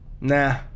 nah